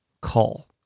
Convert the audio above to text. call